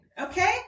Okay